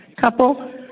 Couple